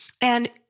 And-